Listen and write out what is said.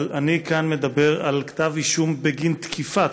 אבל אני כאן מדבר על כתב אישום בגין תקיפה,